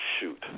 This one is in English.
Shoot